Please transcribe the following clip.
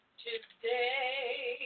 today